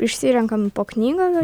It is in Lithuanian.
išsirenkam po knygą